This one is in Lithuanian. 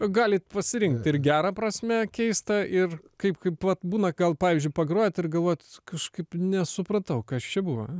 galit pasirinkt ir gera prasme keistą ir kaip kaip vat būna gal pavyzdžiui pagrojat ir galvojat kažkaip nesupratau kas čia buvo